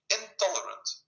intolerant